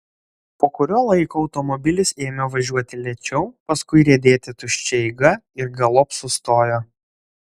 po kurio laiko automobilis ėmė važiuoti lėčiau paskui riedėti tuščia eiga ir galop sustojo